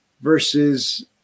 versus